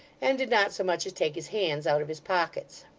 and did not so much as take his hands out of his pockets.